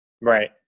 Right